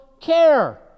care